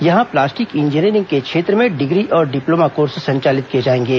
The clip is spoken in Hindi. यहां प्लास्टिक इंजीनियरिंग के क्षेत्र में डिग्री और डिप्लोमा कोर्स संचालित किए जाएंगे